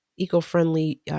eco-friendly